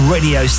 Radio